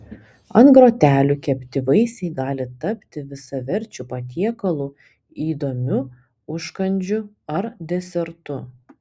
ant grotelių kepti vaisiai gali tapti visaverčiu patiekalu įdomiu užkandžiu ar desertu